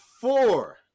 four